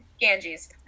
Ganges